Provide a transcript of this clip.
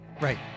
right